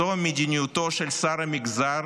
זו מדיניותו של שר המגזר: